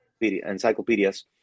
encyclopedias